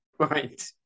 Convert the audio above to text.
Right